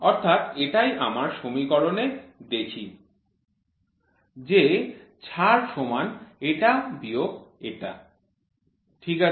অর্থাৎ এটাই আমরা সমীকরণে দেখি যে ছাড় সমান এটা বিয়োগ এটা ঠিক আছে